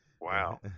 Wow